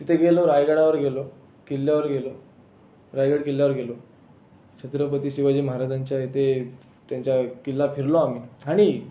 तिथे गेलो रायगडावर गेलो किल्ल्यावर गेलो रायगड किल्ल्यावर गेलो छत्रपती शिवाजी महाराजांच्या इथे त्यांच्या किल्ला फिरलो आम्ही आणि